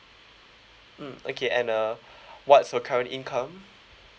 mm okay and uh what's your current income